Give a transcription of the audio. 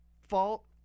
fault